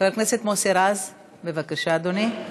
חבר הכנסת מוסי רז, בבקשה, אדוני.